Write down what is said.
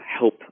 help